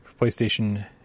PlayStation